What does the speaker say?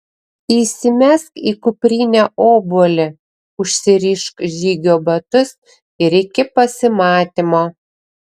įsimesk į kuprinę obuolį užsirišk žygio batus ir iki pasimatymo